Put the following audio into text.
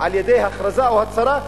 על-ידי הכרזה או הצהרה,